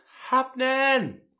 happening